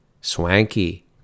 Swanky